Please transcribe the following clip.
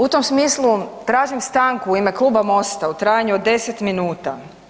U tom smislu, tražim stanku u ime kluba Mosta u trajanju od 10 minuta.